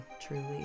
truly